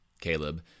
Caleb